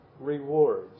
rewards